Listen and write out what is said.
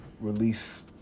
release